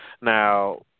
Now